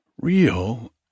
Real